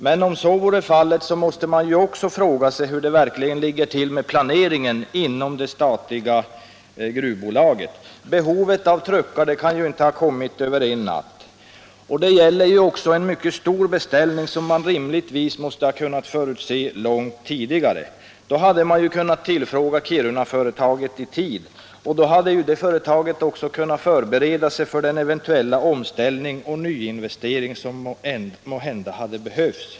Men om så vore fallet, måste man också fråga sig hur det ligger till med planeringen inom det statliga gruvbolaget. Behovet av truckar kan ju inte ha kommit över en natt. Det gäller en mycket stor beställning, som man rimligtvis måste ha kunnat förutse långt tidigare. Man hade därför kunnat tillfråga Kirunaföretaget i tid. Då hade detta företag också kunnat förbereda sig för den omställning och nyinvestering som eventuellt hade behövts.